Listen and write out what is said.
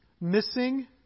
missing